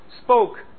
spoke